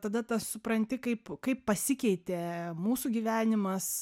tada tą supranti kaip kaip pasikeitė mūsų gyvenimas